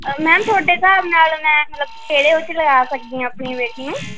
ma'am ਤੁਹਾਡੇ ਹਿਸਾਬ ਨਾਲ ਮੈਂ ਮਤਲਬ ਕਿਹੜੇ ਉਹਦੇ 'ਚ ਲਗਾ ਸਕਦੀ ਹਾਂ ਆਪਣੀ ਬੇਟੀ ਨੂੰ